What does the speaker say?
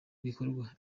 bikorwa